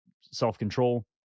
Self-control